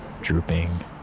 drooping